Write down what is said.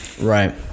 Right